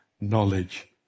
knowledge